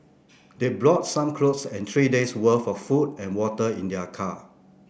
they brought some clothes and three days'worth of food and water in their car